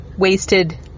Wasted